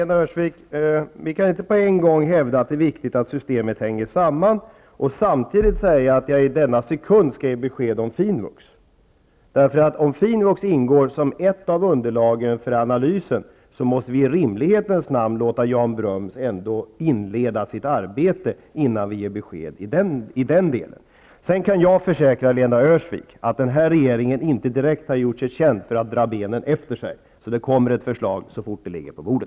Herr talman! Lena Öhrsvik kan inte hävda att det är viktigt att systemet hänger samman samtidigt som hon säger att jag i denna sekund skall ge besked om finvux. Om finvux ingår som ett av underlagen för analysen, måste vi i rimlighetens namn låta Jan Bröms inleda sitt arbete innan vi ger besked i den delen. Sedan kan jag försäkra Lena Öhrsvik att den här regeringen inte direkt har gjort sig känd för att dra benen efter sig, och ett förslag kommer att läggas fram så fort det är färdigt.